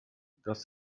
dass